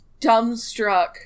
dumbstruck